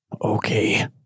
Okay